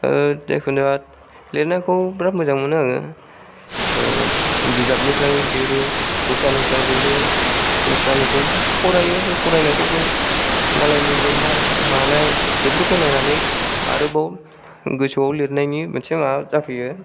जायखुनुहख लेरनायखौ बिराद मोजां मोनो आङो बिजाबनिफ्राय लिरो दस्रानिफ्राय लिरो दस्रानिखौ फरायो बे फरायनायखौबो मालायनि लिरनाय मानाय बेफोरखौ नायनानै आरोबाव गोसोआव लिरनायनि मोनसे मा जाफैयो